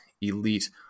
elite